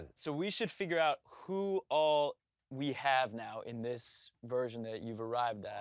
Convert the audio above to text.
and so we should figure out who all we have now in this version that you've arrived